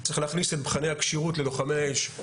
צריך להכניס את מבחני הכשירות ללוחמי האש,